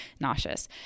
nauseous